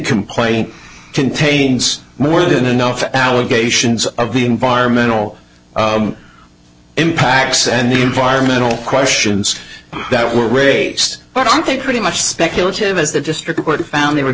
complaint contains more than enough allegations of the environmental impacts and the environmental questions that were raised but i think pretty much speculative as the district court found they were